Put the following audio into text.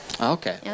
Okay